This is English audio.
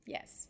Yes